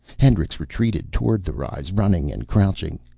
hendricks retreated toward the rise, running and crouching.